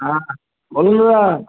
হ্যাঁ বলুন দাদা